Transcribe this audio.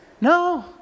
No